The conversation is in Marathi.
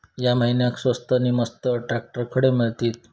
या महिन्याक स्वस्त नी मस्त ट्रॅक्टर खडे मिळतीत?